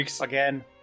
again